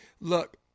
look